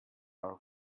our